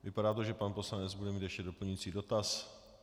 Vypadá to, že pan poslanec bude mít ještě doplňující dotaz.